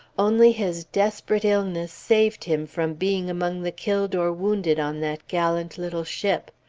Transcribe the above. only his desperate illness saved him from being among the killed or wounded on that gallant little ship.